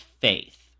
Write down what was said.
faith